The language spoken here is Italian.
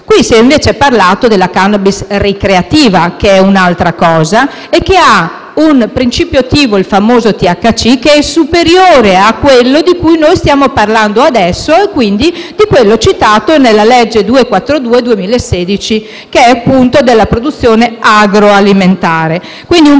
sede si è invece parlato della *cannabis* ricreativa, che è un'altra cosa e che ha un principio attivo (il famoso THC) superiore a quello di cui stiamo parlando adesso e quindi di quello citato nella legge n. 242 del 2016, che riguarda la produzione agroalimentare.